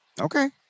Okay